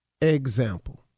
Example